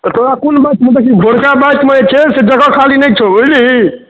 ओकरा कोन बैचमे देबही भोरका बैच मे जे छै से जगह खाली नहि छौ बुझलीही